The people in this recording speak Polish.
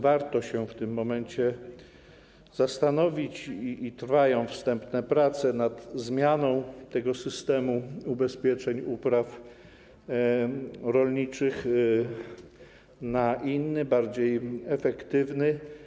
Warto się w tym momencie zastanowić, i trwają nad tym wstępne prace, nad zmianą tego systemu ubezpieczeń upraw rolniczych na inny, bardziej efektywny.